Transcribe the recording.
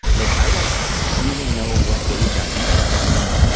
like i don't really know what age i am. i mean,